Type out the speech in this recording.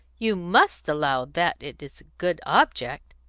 you must allow that it's a good object.